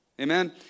Amen